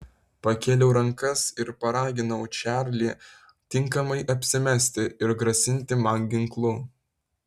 pakėliau rankas ir paraginau čarlį tinkamai apsimesti ir grasinti man ginklu